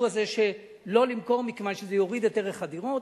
הזה שלא למכור מכיוון שזה יוריד את ערך הדירות,